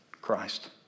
Christ